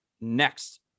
Next